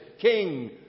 king